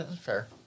fair